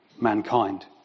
mankind